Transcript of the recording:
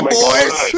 boys